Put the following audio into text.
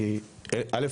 כי א',